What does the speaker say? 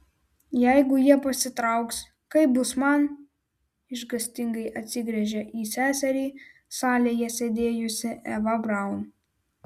jeigu jie pasitrauks kaip bus man išgąstingai atsigręžia į seserį salėje sėdėjusi eva braun